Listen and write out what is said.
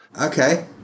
Okay